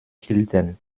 hielten